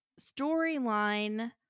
storyline